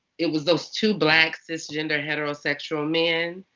it was those two black cisgender heterosexual men.